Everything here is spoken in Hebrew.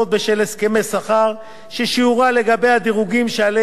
ששיעורה לגבי הדירוגים שעליהם היא חלה הוא בגובה יתרת